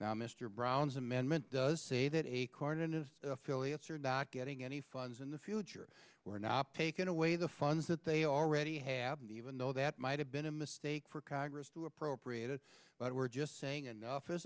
now mr brown's amendment does say that acorn is affiliates are not getting any funds in the future we're not taking away the funds that they already have and even though that might have been a mistake for congress to appropriate it but we're just saying enough is